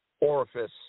orifice